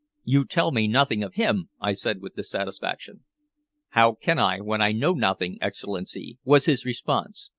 you tell me nothing of him, i said with dissatisfaction. how can i when i know nothing, excellency? was his response.